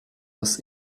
was